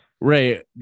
Ray